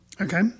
Okay